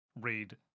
read